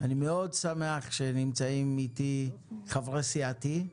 אני מאוד שמח שנמצאים איתי חברי סיעתי,